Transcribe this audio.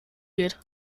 geht